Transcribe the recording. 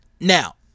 Now